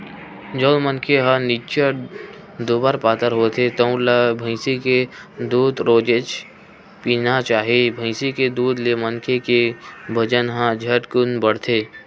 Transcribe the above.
जउन मनखे ह निच्चट दुबर पातर होथे तउन ल भइसी के दूद रोजेच पीना चाही, भइसी के दूद ले मनखे के बजन ह झटकुन बाड़थे